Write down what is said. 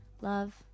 love